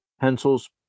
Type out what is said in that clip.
pencils